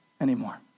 anymore